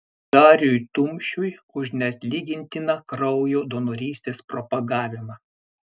dariui tumšiui už neatlygintiną kraujo donorystės propagavimą